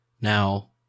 Now